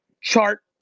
Chart